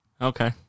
Okay